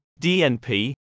DNP